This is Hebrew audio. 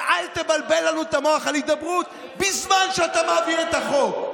ואל תבלבל לנו את המוח על הידברות בזמן שאתה מעביר את החוק.